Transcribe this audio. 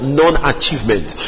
non-achievement